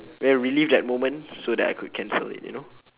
ya relive that moment so that I could cancel it you know